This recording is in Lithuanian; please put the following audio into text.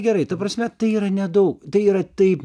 gerai ta prasme tai yra nedaug tai yra taip